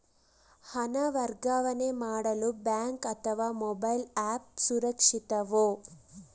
ಹಣ ವರ್ಗಾವಣೆ ಮಾಡಲು ಬ್ಯಾಂಕ್ ಅಥವಾ ಮೋಬೈಲ್ ಆ್ಯಪ್ ಸುರಕ್ಷಿತವೋ?